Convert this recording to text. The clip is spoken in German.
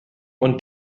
und